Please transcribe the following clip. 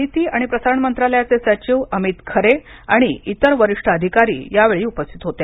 माहिती आणि प्रसारण मंत्रालयाचे सचिव अमित खरे आणि इतर वरिष्ठ अधिकारी यावेळी उपस्थित होते